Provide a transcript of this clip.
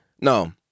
no